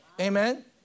Amen